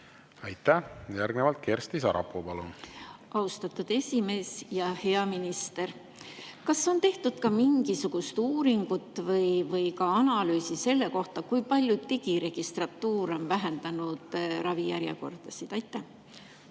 Aitäh! Järgnevalt Kersti Sarapuu, palun! Austatud esimees! Hea minister! Kas on tehtud ka mingisugune uuring või analüüs selle kohta, kui palju digiregistratuur on vähendanud ravijärjekordasid? Austatud